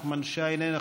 נחמן שי, איננו.